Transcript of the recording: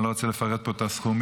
אני לא רוצה לפרט פה את הסכומים,